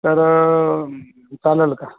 तर चालेल का